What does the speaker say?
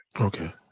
okay